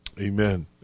Amen